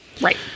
Right